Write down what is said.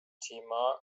thema